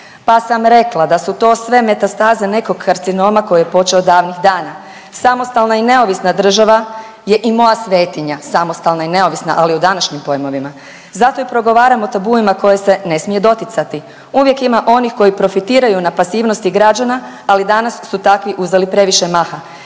pa sam rekla da su to sve metastaze nekog karcinoma koji je počeo davnih dana. Samostalna i neovisna država je i moja svetinja samostalna i neovisna ali u današnjim pojmovima. Zato i progovaram o tabuima koje se ne smije doticati. Uvijek ima onih koji profitiraju na pasivnosti građana, ali danas su takvi uzeli previše maha.